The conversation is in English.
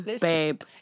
babe